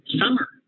summer